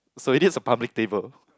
so it is a public table